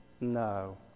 No